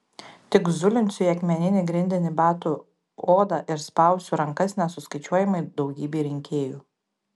tik zulinsiu į akmeninį grindinį batų odą ir spausiu rankas nesuskaičiuojamai daugybei rinkėjų